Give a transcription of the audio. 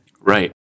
Right